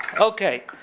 Okay